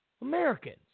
Americans